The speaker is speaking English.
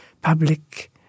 public